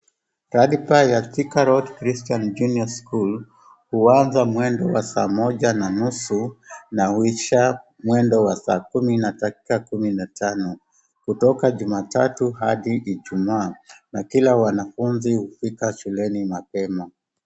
Ratiba ya Thika Road Christian Junior School huanza mwendo wa saa moja na nusu na huisha mwendo wa saa kumi na dakika kumi na tano kutoka jumatatu hadi ijumaa. Na kila wanafunza hufika shuleni mapema.